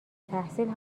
تحصیل